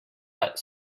but